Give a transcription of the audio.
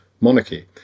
monarchy